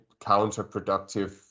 counterproductive